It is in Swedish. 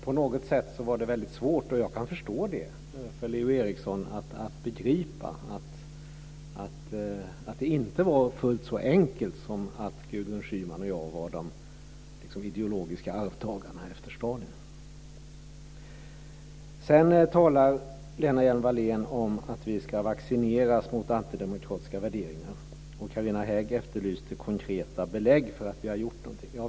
På något sätt var det mycket svårt för Leo Eriksson att begripa att det inte var fullt så enkelt som att Gudrun Schyman och jag var de ideologiska arvtagarna efter Stalin, och det kan jag förstå. Lena Hjelm-Wallén talar om att vi ska vaccineras mot antidemokratiska värderingar. Carina Hägg efterlyste konkreta belägg för att vi har gjort någonting.